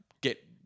get